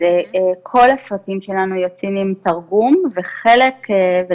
כל הסרטים שלנו יוצאים עם תרגום ולדעתי